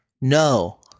no